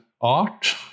art